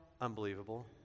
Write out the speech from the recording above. unbelievable